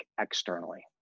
externally